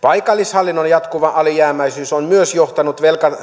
paikallishallinnon jatkuva alijäämäisyys on myös johtanut velkataakan